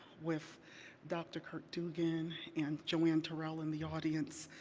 with dr. kirk-duggan, and joanne terrell in the audience,